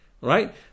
Right